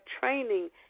training